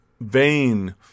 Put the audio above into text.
vain